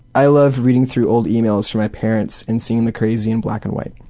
i love reading through old emails from my parents and seeing the crazy in black and white.